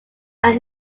are